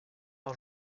par